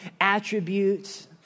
attributes